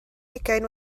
hugain